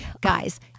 guys